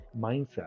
mindset